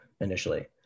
initially